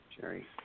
Jerry